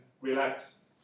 relax